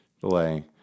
delay